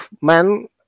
man